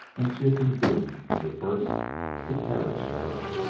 and she had been doomed from the first to perish of it.